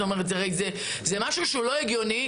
זה משהו לא הגיוני.